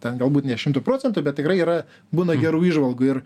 ten galbūt ne šimtu procentų bet tikrai yra būna gerų įžvalgų ir